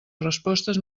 respostes